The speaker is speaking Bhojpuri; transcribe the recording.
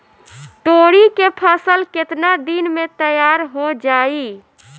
तोरी के फसल केतना दिन में तैयार हो जाई?